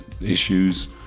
issues